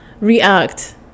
react